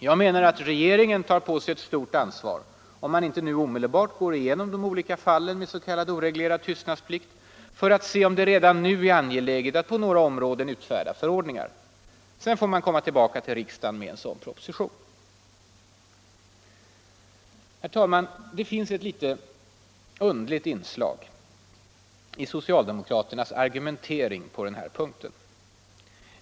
Jag menar att regeringen tar på sig ett stort ansvar om man inte nu omedelbart går igenom de olika fallen med s.k. oreglerad tystnadsplikt för att se om det redan nu är angeläget att på några områden utfärda förordningar. Sedan får man komma tillbaka till riksdagen med en sådan proposition. Det finns ett litet underligt inslag i socialdemokraternas argumentering på den här punkten.